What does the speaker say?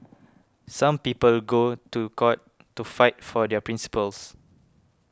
some people go to court to fight for their principles